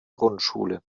grundschule